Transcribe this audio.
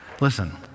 Listen